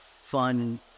fun-